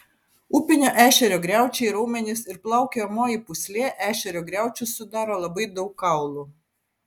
upinio ešerio griaučiai raumenys ir plaukiojamoji pūslė ešerio griaučius sudaro labai daug kaulų